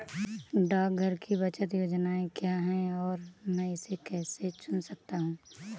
डाकघर की बचत योजनाएँ क्या हैं और मैं इसे कैसे चुन सकता हूँ?